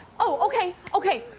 okay! okay!